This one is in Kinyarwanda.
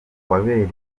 wabereye